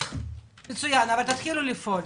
אבל תתחילו לפעול.